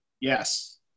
Yes